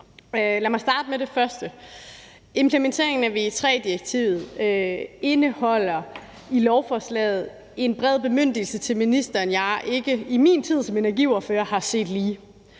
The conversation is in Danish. Lad mig starte med det første. Implementeringen VE III-direktivet indeholder i lovforslaget en bred bemyndigelse til ministeren, jeg i min tid som energiordfører ikke har set lige,